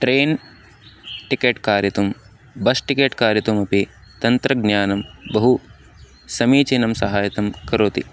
train ticket क्रेतुं bus ticket क्रेतुमपि तन्त्रज्ञानं बहु समीचीनं सहायं करोति